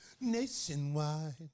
nationwide